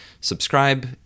subscribe